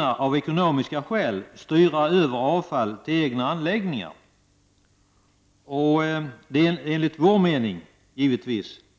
av ekonomiska skäl kommunen kunna styra över avfall till egna anläggningar.